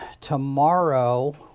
tomorrow